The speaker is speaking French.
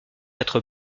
être